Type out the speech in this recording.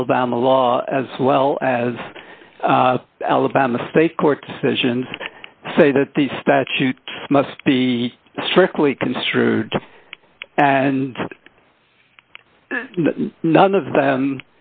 alabama law as well as alabama state court sessions say that the statute must be strictly construed and none of them